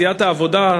סיעת העבודה,